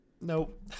Nope